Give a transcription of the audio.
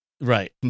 Right